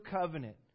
covenant